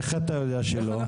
איך אתה יודע שלא?